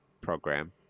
program